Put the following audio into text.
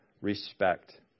respect